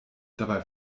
dabei